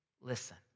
listen